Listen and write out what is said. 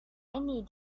need